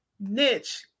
niche